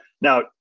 now